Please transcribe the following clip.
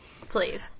Please